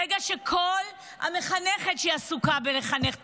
ברגע שכל מחנכת שעסוקה בחינוך הילדים,